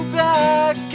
back